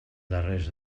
darrers